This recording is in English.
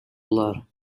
blood